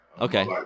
Okay